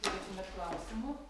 turėtumėt klausimų